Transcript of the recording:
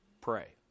pray